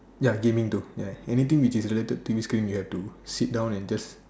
ya gaming too ya anything which is related to T_V screen you have to sit down and just